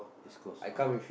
is closed ah